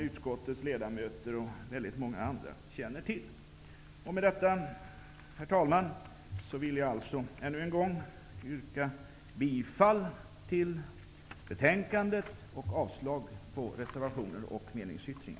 Utskottets ledamöter och många andra känner till detta betänkande. Med detta, herr talman, vill jag alltså ännu en gång yrka bifall till utskottets hemställan och avslag på reservationerna.